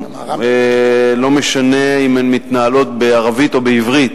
לא משנה אם הן מתנהלות בערבית או בעברית